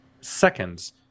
seconds